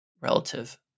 relative